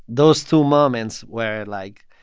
those two moments were, like,